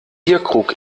bierkrug